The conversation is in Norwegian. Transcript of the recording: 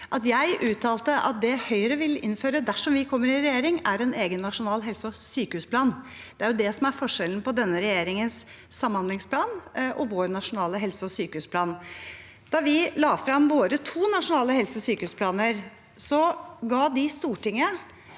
jeg uttalte at det Høyre vil innføre dersom vi kommer i regjering, er en egen nasjonal helse- og sykehusplan. Det er jo det som er forskjellen på denne regjeringens samhandlingsplan og vår nasjonale helse- og sykehusplan. Da vi la frem våre to nasjonale helse- og sykehusplaner, ga de Stortinget